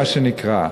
מה שנקרא,